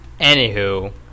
Anywho